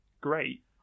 great